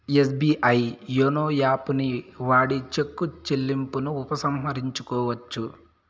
SBI YONO యాపుని వాడి చెక్కు చెల్లింపును ఉపసంహరించుకోవచ్చు